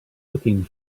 looking